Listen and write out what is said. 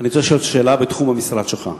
אני רוצה לשאול אותך שאלה בתחום המשרד שלך.